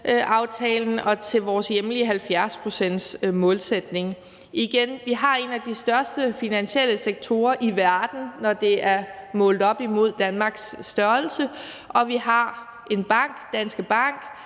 og til vores hjemlige 70-procentsmålsætning. Igen vil jeg sige: Vi har en af de største finansielle sektorer i verden, når det er målt op imod Danmarks størrelse, og vi har en bank, Danske Bank,